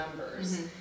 numbers